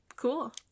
Cool